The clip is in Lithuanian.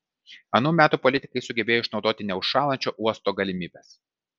anų metų politikai sugebėjo išnaudoti neužšąlančio uosto galimybes